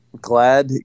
glad